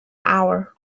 hour